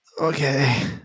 Okay